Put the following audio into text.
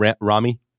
rami